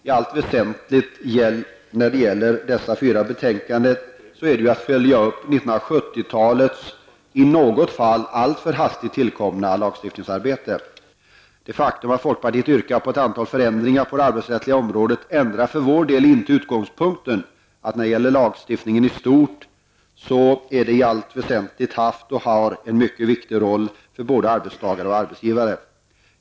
I allt väsentligt går de förslag som behandlas i dessa fyra betänkanden ut på att följa upp 1970-talets i något fall alltför hastigt tillkomna lagstiftningsarbete. Det faktum att folkpartiet yrkat på ett antal förändringar på det arbetsrättsliga området ändrar för vår del inte utgångspunkten att lagstiftningen i stort och i allt väsentligt haft och har en mycket stor betydelse för både arbetstagare och arbetsgivare.